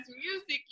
music